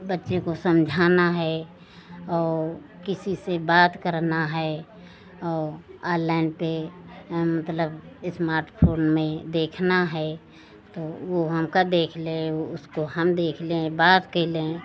बच्चे को समझाना है और किसी से बात करना है और ऑनलाइन पर मतलब इस्मार्ट फोन नहीं देखना है तो वह हमका देख ले उसको हम देख लें बात कर लें